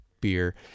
beer